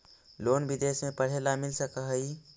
Loan विदेश में पढ़ेला मिल सक हइ?